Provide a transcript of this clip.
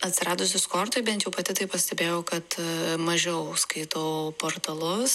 atsiradus diskortui bent jau pati taip pastebėjau kad mažiau skaitau portalus